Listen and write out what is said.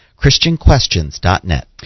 ChristianQuestions.net